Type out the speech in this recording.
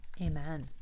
Amen